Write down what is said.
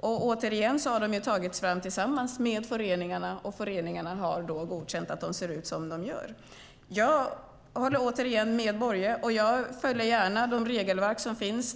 De har tagits fram tillsammans med föreningarna, och föreningarna har godkänt att de ser ut som de gör. Jag håller med Börje, och jag följer gärna de regelverk som finns.